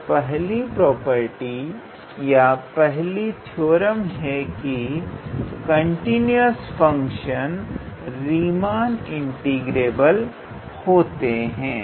तो पहली प्रॉपर्टी या पहली थ्योरम है कि कंटीन्यूअस फंक्शन रीमान इंटीग्रेबल होते है